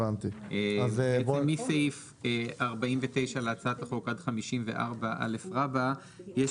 בעצם מסעיף 49 הצעת החוק עד 54א רבא יש